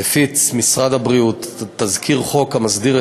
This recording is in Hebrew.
מספר הפיץ משרד הבריאות תזכיר חוק המסדיר